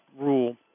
rule